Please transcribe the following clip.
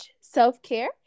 self-care